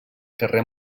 carrer